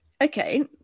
Okay